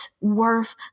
worth